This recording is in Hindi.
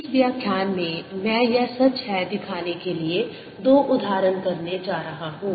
इस व्याख्यान में मैं यह सच है दिखाने के लिए दो उदाहरण करने जा रहा हूं